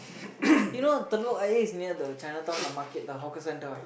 you know Telok-Ayer is near the Chinatown the market the hawker centre ah